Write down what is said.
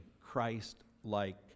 Christ-like